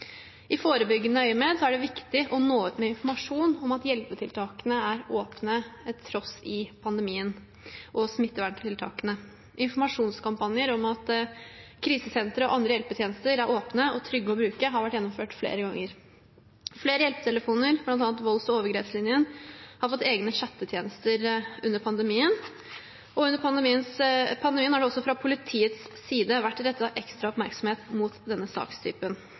I forebyggende øyemed er det viktig å nå ut med informasjon om at hjelpetiltakene er åpne trass i pandemien og smitteverntiltakene. Informasjonskampanjer om at krisesentre og andre hjelpetjenester er åpne og trygge å bruke, har vært gjennomført flere ganger. Flere hjelpetelefoner, bl.a. volds- og overgrepslinjen, har fått egne chattetjenester under pandemien. Under pandemien har det også fra politiets side vært rettet ekstra oppmerksomhet mot denne sakstypen.